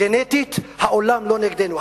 גנטית העולם לא נגדנו.